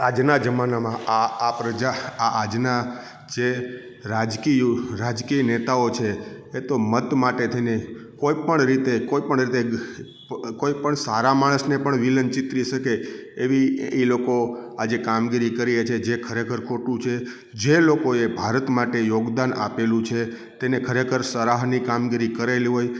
આજનાં જમાનામાં આ આ પ્રજા આ આજનાં જે રાજકી રાજકી નેતાઓ છે એ તો મત માટે થઈ ને કોઈ પણ રીતે કોઈ પણ રીતે કોઈ પણ સારા માણસને વિલન ચીતરી શકે એવી એ લોકો આજે કામગીરી કરે છે જે ખરેખર ખોટું છે જે લોકોએ ભારત માટે યોગદાન આપેલું છે તેને ખરેખર સરાહનીય કામગીરી કરેલી હોય